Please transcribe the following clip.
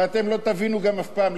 ואתם גם לא תבינו אף פעם,